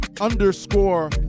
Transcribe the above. underscore